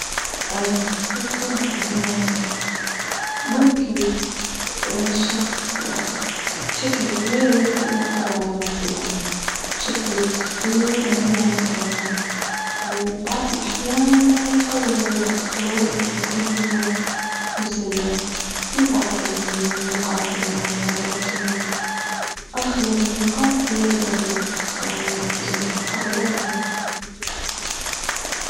اه شوفي أنا ممكن شخص واحد بشكل كبير يبدأ يأثر على مصيره بشكل كبير أنه هو مخير وبعض الأحيان القدر يلعب دور فبيكون هو مسير بعض النقاط المعينة لكن أغلب النقاط بيده هوا يعني مخير أغلبهم.